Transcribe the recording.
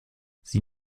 sie